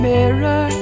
mirror